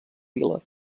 vila